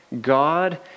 God